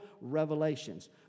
revelations